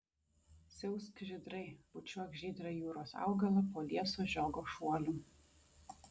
siausk žydrai bučiuok žydrą jūros augalą po lieso žiogo šuoliu